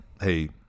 hey